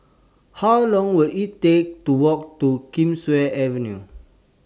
How Long Will IT Take to Walk to Kingswear Avenue